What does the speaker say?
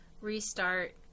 Restart